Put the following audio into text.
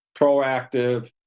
proactive